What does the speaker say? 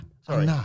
Sorry